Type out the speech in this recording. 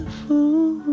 fool